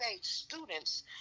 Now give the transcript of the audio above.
students